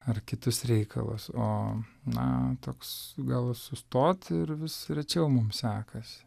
ar kitus reikalus o na toks gal sustot ir vis rečiau mum sekasi